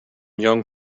young